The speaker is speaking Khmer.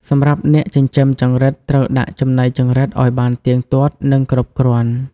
សម្រាប់អ្នកចិញ្ចឹមចង្រិតត្រូវដាក់ចំណីចង្រិតឲ្យបានទៀងទាត់ និងគ្រប់គ្រាន់។